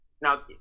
now